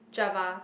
Java